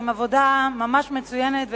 עבודה ממש מצוינת,